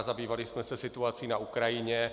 Zabývali jsme se situací na Ukrajině.